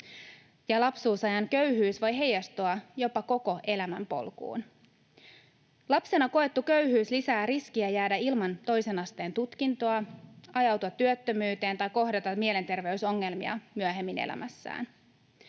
Lapsuusajan köyhyys voi heijastua jopa koko elämänpolkuun. Lapsena koettu köyhyys lisää riskiä jäädä ilman toisen asteen tutkintoa, ajautua työttömyyteen tai kohdata mielenterveysongelmia myöhemmin elämässä.